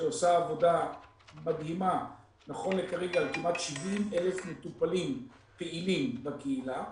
שעושה עבודה מדהימה נכון להרגע על כמעט 70,000 מטופלים פעילים בקהילה,